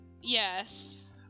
Yes